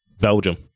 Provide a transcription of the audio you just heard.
Belgium